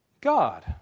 God